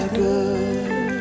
good